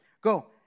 Go